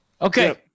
Okay